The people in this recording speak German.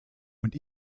und